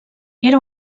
era